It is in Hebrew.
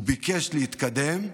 הוא ביקש להתקדם,